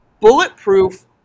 bulletproof